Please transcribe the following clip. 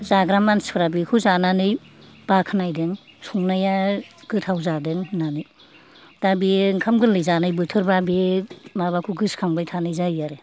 जाग्रा मानसिफ्रा बेखौ जानानै बाख्नायदों संनाया गोथाव जादों होन्नानै दा बे ओंखाम गोरलै जानाय बोथोरबा बे माबाखौ गोसो खांबाय थानाय जायो आरो